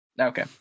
Okay